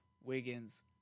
Wiggins